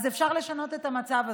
אז אפשר לשנות את המצב הזה.